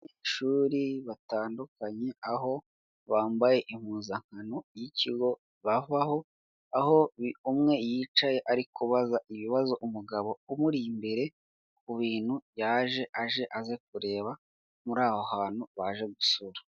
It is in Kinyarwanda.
Hoteri nini iri mu bwoko bwa etaje igeretse gatatu yanditseho giriti apatimenti hoteri ivuze ko ari hoteri nziza irimo amacumbi akodeshwa.